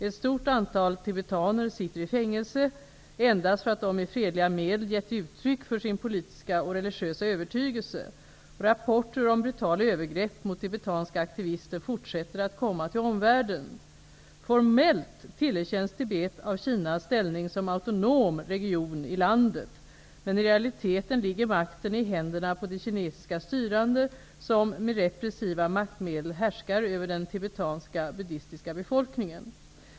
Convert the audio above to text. Ett stort antal tibetaner sitter i fängelse endast för att de med fredliga medel har gett uttryck för sin politiska och religiösa övertygelse. Rapporter om brutala övergrepp mot tibetanska aktivister fortsätter att komma till omvärlden. Formellt tillerkänns Tibet av Kina ställning som autonom region i landet, men i realiteten ligger makten i händerna på de kinesiska styrande som med repressiva maktmedel härskar över den tibetanska buddistiska befolkningen.